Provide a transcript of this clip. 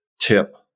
tip